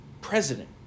president